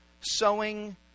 Sowing